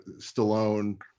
Stallone